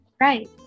right